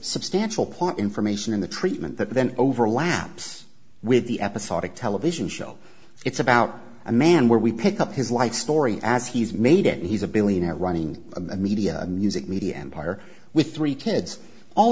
substantial point information in the treatment that then overlaps with the episodic television show it's about a man where we pick up his life story as he's made it he's a billionaire running a media music media empire with three kids all